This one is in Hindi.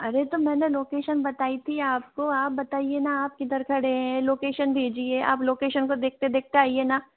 अरे तो मैंने लोकेशन बताई थी आपको आपको बताइये ना आप किधर खड़े हैं लोकेशन भेजी है आप लोकेशन को देखते देखते आइए न